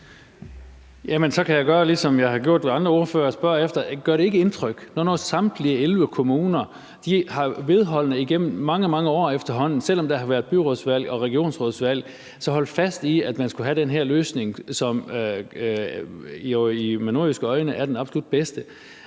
Så kan jeg gøre det samme, som jeg har gjort over for andre ordførere, og spørge ordføreren, om det ikke gør indtryk, når nu samtlige 11 kommuner vedholdende igennem efterhånden mange, mange år, selv om der har været byrådsvalg og regionsrådsvalg, har holdt fast i, at man skulle have den her løsning, som jo set med nordjyske øjne er den absolut bedste.